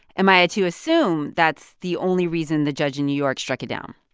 am i to assume that's the only reason the judge in new york struck it down?